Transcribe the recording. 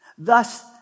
Thus